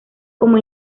como